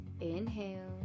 inhale